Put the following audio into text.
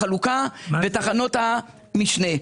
החלוקה ותחנות המשנה.